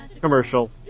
commercial